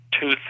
two